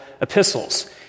epistles